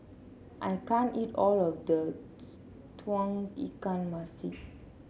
I can't eat all of this Tauge Ikan Masin